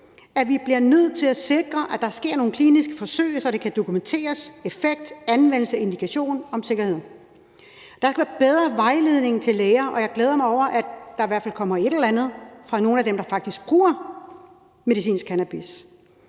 for vi bliver nødt til at sikre, at der sker nogle kliniske forsøg, så det kan dokumenteres i forhold til effekt, anvendelse, indikation og sikkerhed. Der skal være bedre vejledning til læger, og jeg glæder mig over, at der i hvert fald kommer et eller andet fra nogle af dem, der faktisk bruger medicinsk cannabis.